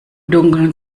dunkeln